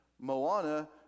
Moana